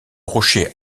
rocher